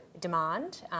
demand